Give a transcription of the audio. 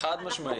חד משמעית.